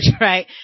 right